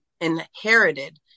inherited